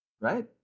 Right